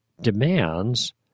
demands